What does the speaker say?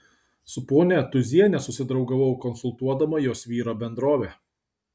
su ponia tūziene susidraugavau konsultuodama jos vyro bendrovę